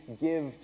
give